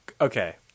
Okay